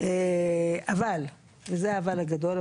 אבל וזה האבל הגדול,